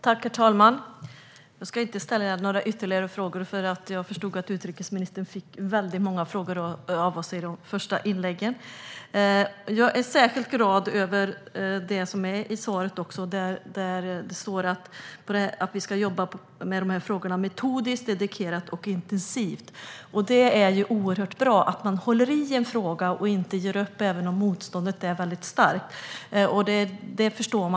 Herr talman! Jag ska inte ställa några ytterligare frågor, för jag förstår att utrikesministern fick väldigt många frågor av oss i de första inläggen. Jag är särskilt glad över det som nämndes i svaret om att vi ska jobba med dessa frågor metodiskt, dedikerat och intensivt. Det är ju oerhört bra att man håller i en fråga och inte ger upp även om motståndet är väldigt starkt.